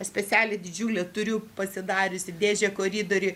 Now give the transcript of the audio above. aš specialią didžiulę turiu pasidariusi dėžę koridoriuj